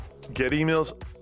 GetEmails